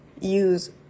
use